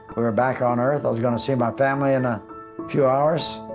we were back on earth, i was gonna see my family in a few hours,